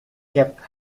kept